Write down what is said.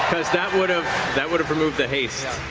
because that would've that would've removed the haste.